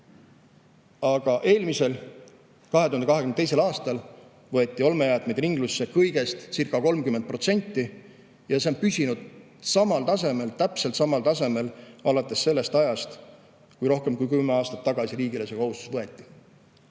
Aga eelmisel, 2022. aastal võeti olmejäätmeid ringlusse kõigestcirca30% ja see on püsinud samal tasemel alates sellest ajast, kui rohkem kui kümme aastat tagasi riigile see kohustus võeti.